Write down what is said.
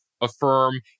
Affirm